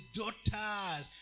daughters